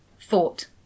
thought